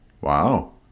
Wow